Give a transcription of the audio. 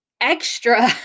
extra